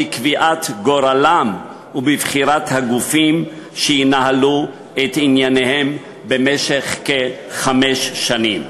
בקביעת גורלם ובבחירת הגופים שינהלו את ענייניהם במשך כחמש שנים.